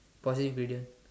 for this gradient